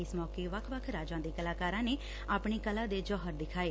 ਇਸ ਮੌਕੇ ਵੱਖ ਵੱਖ ਰਾਜਾਂ ਦੇ ਕਲਾਕਾਰਾਂ ਨੇ ਆਪਣੀ ਕਲਾ ਦੇ ਜੋਹਰ ਦਿਖਾਏ